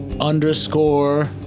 underscore